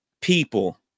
people